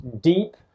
deep